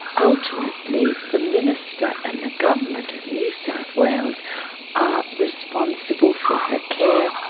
ultimately the minister and the government of new south wales are responsible for her care.